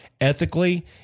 Ethically